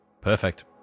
Perfect